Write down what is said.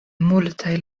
multaj